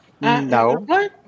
No